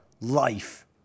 life